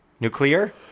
Nuclear